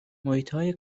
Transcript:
محیطهای